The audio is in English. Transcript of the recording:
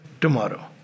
tomorrow